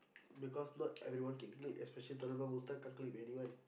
because not everyone can clique especially can't clique with anyone